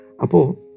Apo